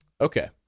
okay